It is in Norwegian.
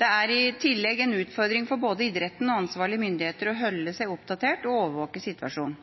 Det er i tillegg en utfordring for både idretten og ansvarlige myndigheter å holde seg oppdatert og overvåke situasjonen.